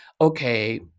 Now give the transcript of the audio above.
okay